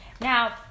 Now